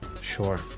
Sure